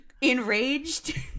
enraged